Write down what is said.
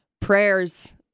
Prayers